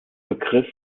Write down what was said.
begriff